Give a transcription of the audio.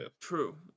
True